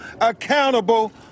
accountable